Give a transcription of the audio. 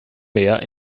mehr